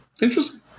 Interesting